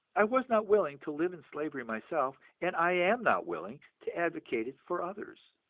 i was not willing to live in slavery myself, and i am not willing to advocate it for others.